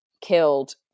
killed